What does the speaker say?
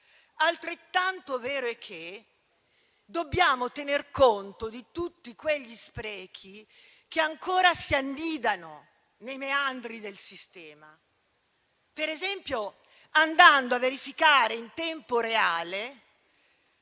altrettanto vero è che, dall'altra, dobbiamo tener conto di tutti quegli sprechi che ancora si annidano nei meandri del sistema, per esempio andando a verificare in tempo reale